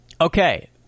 Okay